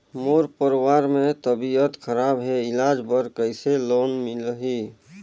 मोर परवार मे तबियत खराब हे इलाज बर कइसे लोन मिलही?